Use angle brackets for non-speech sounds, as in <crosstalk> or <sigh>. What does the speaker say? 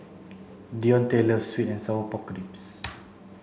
Dionte loves sweet and sour pork ribs <noise>